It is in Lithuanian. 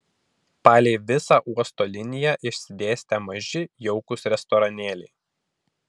palei visą uosto liniją išsidėstę maži jaukūs restoranėliai